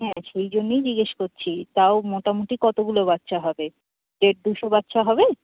হ্যাঁ সেই জন্যই জিজ্ঞেস করছি তাও মোটামোটি কতগুলো বাচ্চা হবে দেড় দুশো বাচ্চা হবে